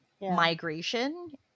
migration